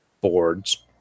boards